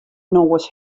noas